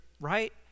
Right